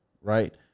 Right